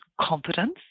competence